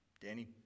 Danny